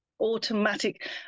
automatic